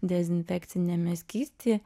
dezinfekciniame skysty